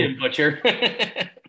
Butcher